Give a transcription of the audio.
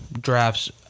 drafts